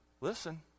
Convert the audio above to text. Listen